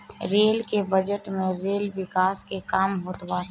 rail के budget में rail विकास के काम होत बाटे